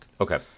Okay